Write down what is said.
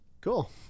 Cool